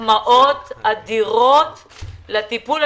מחמאות אדירות לטיפול.